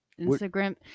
Instagram